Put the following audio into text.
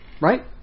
Right